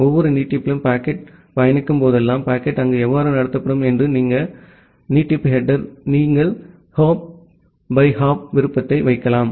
ஒவ்வொரு நீட்டிப்பிலும் பாக்கெட் பயணிக்கும் போதெல்லாம் பாக்கெட் அங்கு எவ்வாறு நடத்தப்படும் என்று ஒரு நீட்டிப்பு ஹெடேர் நீங்கள் ஹாப் பை ஹாப் விருப்பத்தை வைக்கலாம்